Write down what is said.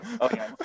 Okay